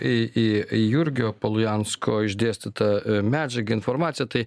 į į į jurgio polujansko išdėstytą a medžiagą informaciją tai